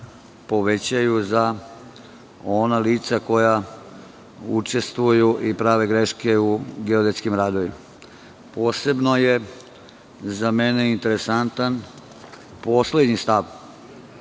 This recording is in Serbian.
povećaju za ona lica koja učestvuju i prave greške u geodetskim radovima. Posebno je za mene interesantan poslednji stav